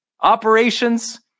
operations